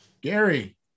gary